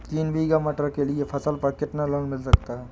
तीन बीघा मटर के लिए फसल पर कितना लोन मिल सकता है?